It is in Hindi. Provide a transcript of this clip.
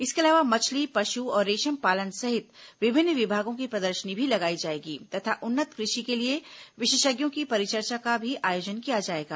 इसके अलावा मछली पशु और रेशम पालन सहित विभिन्न विभागों की प्रदर्शनी भी लगाई जाएगी तथा उन्नत कृषि के लिए विशेषज्ञों की परिचर्चा का भी आयोजन किया जाएगा